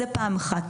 דבר שני,